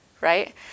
right